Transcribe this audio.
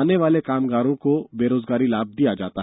आने वाले कामगारों को बेरोजगारी लाभ दिया जाता है